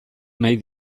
nahi